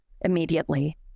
immediately